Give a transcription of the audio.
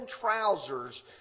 trousers